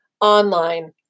online